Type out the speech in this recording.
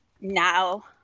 now